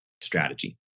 strategy